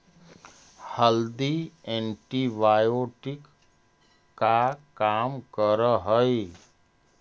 हल्दी एंटीबायोटिक का काम करअ हई